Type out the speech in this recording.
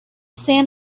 sand